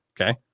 Okay